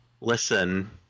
Listen